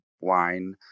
wine